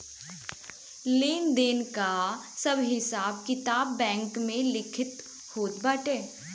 लेन देन कअ सब हिसाब किताब बैंक में लिखल होत बाटे